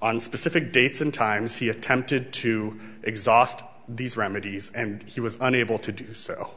on specific dates and times he attempted to exhaust these remedies and he was unable to do so